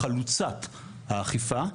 חלוצת האכיפה,